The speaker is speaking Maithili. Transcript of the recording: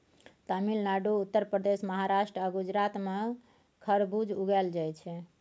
तमिलनाडु, उत्तर प्रदेश, महाराष्ट्र आ गुजरात मे खरबुज उगाएल जाइ छै